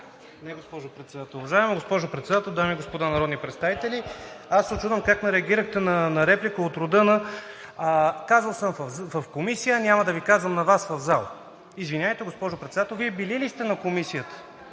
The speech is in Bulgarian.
Не, госпожо Председател. Уважаема госпожо Председател, дами и господа народни представители! Учудвам се как не реагирахте на реплика от рода: „Казал съм в Комисията, няма да Ви казвам на Вас в залата.“ Извинявайте, госпожо Председател, Вие били ли сте на Комисията,